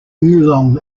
oolong